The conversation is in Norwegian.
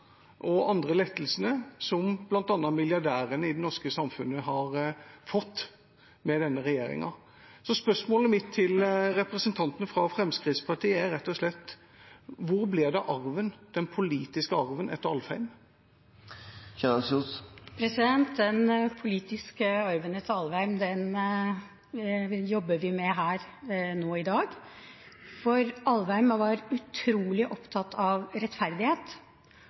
og andre lettelser som bl.a. milliardærene i det norske samfunnet har fått med denne regjeringa. Så spørsmålet mitt til representanten fra Fremskrittspartiet er rett og slett: Hvor blir det av den politiske arven etter John I. Alvheim? Den politiske arven etter Alvheim jobber vi med her i dag. Alvheim var utrolig opptatt av rettferdighet,